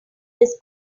his